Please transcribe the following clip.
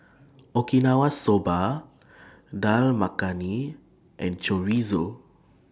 Okinawa Soba Dal Makhani and Chorizo